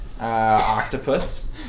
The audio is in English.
Octopus